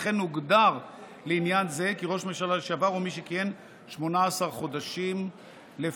וכן הוגדר לעניין זה כי ראש ממשלה לשעבר הוא מי שכיהן 18 חודשים לפחות.